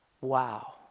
Wow